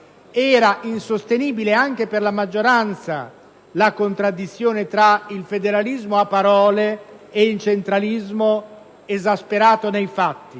Era insostenibile anche per la maggioranza la contraddizione tra il federalismo a parole e il centralismo esasperato nei fatti.